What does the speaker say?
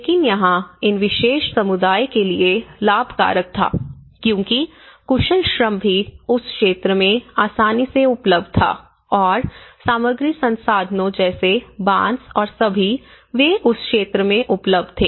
लेकिन यहाँ इन विशेष समुदाय के लिए लाभकारक था क्योंकि कुशल श्रम भी उस क्षेत्र में आसानी से उपलब्ध था और सामग्री संसाधनों जैसे बांस और सभी वे उस क्षेत्र में उपलब्ध थे